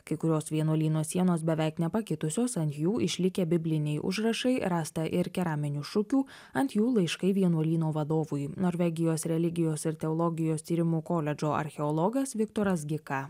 kai kurios vienuolyno sienos beveik nepakitusios ant jų išlikę bibliniai užrašai rasta ir keraminių šukių ant jų laiškai vienuolyno vadovui norvegijos religijos ir teologijos tyrimų koledžo archeologas viktoras gika